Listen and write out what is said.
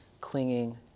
clinging